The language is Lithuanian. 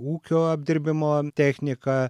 ūkio apdirbimo technika